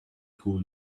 cool